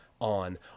on